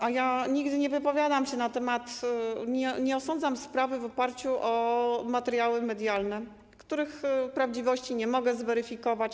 A ja nigdy nie wypowiadam się na temat, nie osądzam sprawy w oparciu o materiały medialne, których prawdziwości nie mogę zweryfikować.